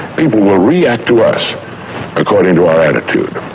people will react to us according to our attitude.